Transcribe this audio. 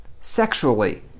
sexually